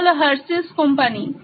এটা হল Hershey's company